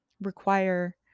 require